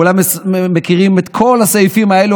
כולם מכירים את כל הסעיפים האלה,